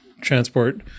transport